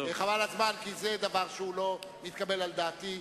חבל על הזמן, כי זה דבר שהוא לא מתקבל על דעתי.